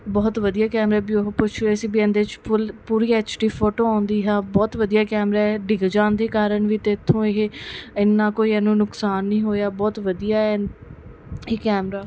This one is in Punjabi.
ਬਹੁਤ ਵਧੀਆ ਕੈਮਰਾ ਵੀ ਉਹ ਪੁੱਛ ਰਹੇ ਸੀ ਵੀ ਇਹਦੇ 'ਚ ਫੁੱਲ ਪੂਰੀ ਐਚ ਡੀ ਫੋਟੋ ਆਉਂਦੀ ਹੈ ਬਹੁਤ ਵਧੀਆ ਕੈਮਰਾ ਡਿੱਗ ਜਾਣ ਦੇ ਕਾਰਨ ਵੀ ਤੈਥੋਂ ਇਹ ਇਨਾ ਕੋਈ ਇਹਨੂੰ ਨੁਕਸਾਨ ਨਹੀਂ ਹੋਇਆ ਬਹੁਤ ਵਧੀਆ ਐਨ ਇਹ ਕੈਮਰਾ